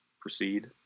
proceed